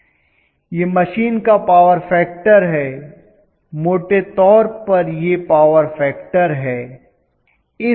यह मशीन का power factor है मोटे तौर पर यह पावर फैक्टर है